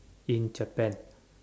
in Japan